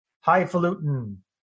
highfalutin